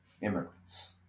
immigrants